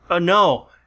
No